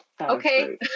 Okay